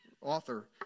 author